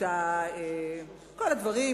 את כל הדברים,